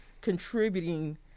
contributing